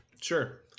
Sure